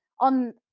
on